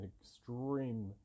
extreme